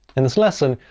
in this lesson,